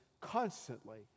constantly